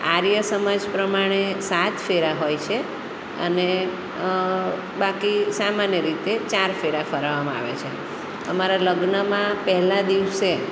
આર્ય સમાજ પ્રમાણે સાત ફેરા હોય છે અને બાકી સામાન્ય રીતે ચાર ફેરા ફેરવવામાં આવે છે અમારા લગ્નમાં પહેલાં દિવસે